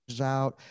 out